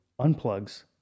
unplugs